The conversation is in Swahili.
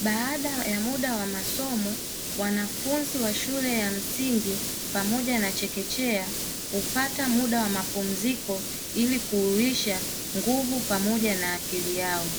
Baada ya muda wa masomo, wanafunzi wa shule ya msingi pamoja na chekechea, hupata muda wa mapumziko ili kuhuisha nguvu pamoja na akili yao.